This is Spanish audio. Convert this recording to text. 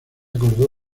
acordó